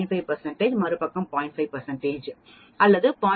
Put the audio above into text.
5 மறுபக்கம் 05 அல்லது 0